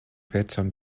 pecon